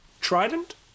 trident